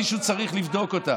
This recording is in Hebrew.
מישהו צריך לבדוק אותה.